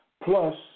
plus